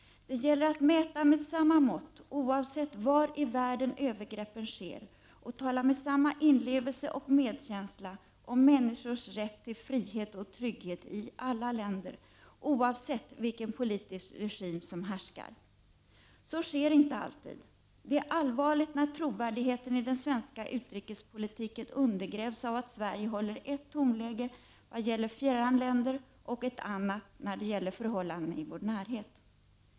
Det gäller att mäta med samma mått oavsett var i världen övergreppen sker och tala med samma inlevelse och medkänsla om människors rätt till frihet och trygghet i alla länder oavsett vilken politisk regim som härskar. Så sker inte alltid. Det är allvarligt när trovärdigheten i den svenska utrikespolitiken undergrävs av att Sverige håller ett tonläge vad gäller fjärran länder och ett annat när det gäller förhållanden i vår närhet.